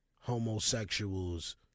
homosexuals